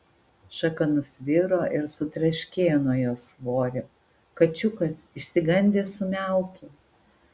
šaka nusviro ir sutraškėjo nuo jo svorio kačiukas išsigandęs sumiaukė